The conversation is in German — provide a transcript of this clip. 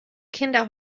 kinder